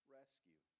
rescue